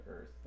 Earth